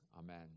Amen